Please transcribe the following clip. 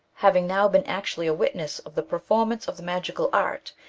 having now been actually a witness of the perform ance of the magical art,